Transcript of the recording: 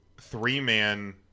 three-man